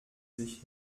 sich